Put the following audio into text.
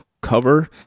cover